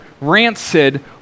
rancid